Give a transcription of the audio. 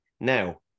now